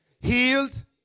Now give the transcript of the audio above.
healed